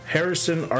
Harrison